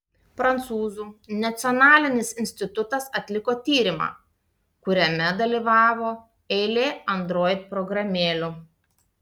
prancūzų nacionalinis institutas atliko tyrimą kuriame dalyvavo eilė android programėlių